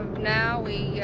now we